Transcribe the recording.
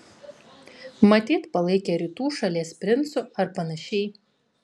matyt palaikė rytų šalies princu ar panašiai